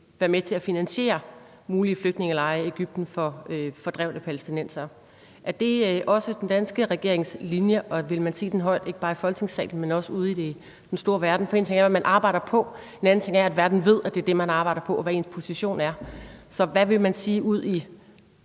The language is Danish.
være med til at finansiere mulige flygtningelejre for fordrevne palæstinensere i Egypten. Er det også den danske regerings linje, og vil man sige den højt ikke bare i Folketingssalen, men også ude i den store verden? En ting er jo, hvad man arbejder på, en anden ting er, at verden ved, at det er det, man arbejder på, og hvad ens position er. Så hvad vil man sige ude i